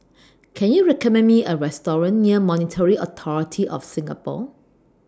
Can YOU recommend Me A Restaurant near Monetary Authority of Singapore